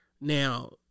Now